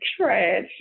trash